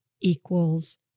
equals